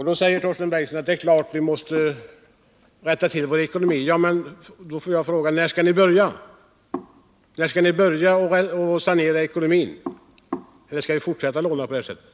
Då säger Torsten Bengtson att det är klart att vi måste rätta till vår ekonomi. Jag vill bara fråga: När skall ni börja att sanera ekonomin? Eller skall vi fortsätta att låna på det här sättet?